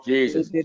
Jesus